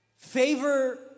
Favor